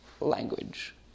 language